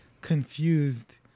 confused